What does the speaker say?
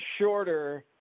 shorter